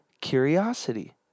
curiosity